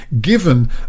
given